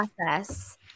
process